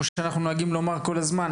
כמו שאנחנו נוהגים לומר כל הזמן